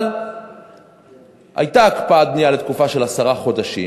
אבל הייתה הקפאת בנייה לתקופה של עשרה חודשים.